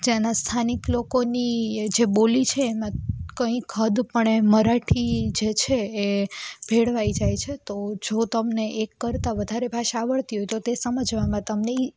જ્યાંના સ્થાનિક લોકોની જે બોલી છે કંઈક હદ પણે મરાઠી જે છે એ ભેળવાઈ જાય છે તો જો તમને એક કરતાં વધારે ભાષા આવડતી હોય તો તે સમજવામાં તમને